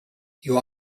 you